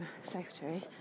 Secretary